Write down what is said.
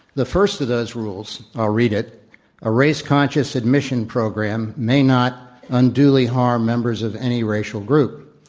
the first of those rules i'll read it a race conscious admissions program may not unduly harm members of any racial group.